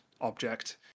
object